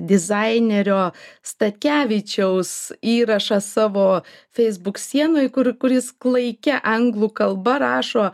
dizainerio statkevičiaus įrašą savo feisbuk sienoj kur kur jis klaikia anglų kalba rašo